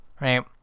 right